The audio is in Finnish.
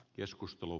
keskustelu